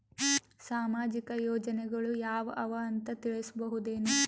ಸಾಮಾಜಿಕ ಯೋಜನೆಗಳು ಯಾವ ಅವ ಅಂತ ತಿಳಸಬಹುದೇನು?